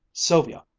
sylvia,